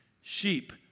Sheep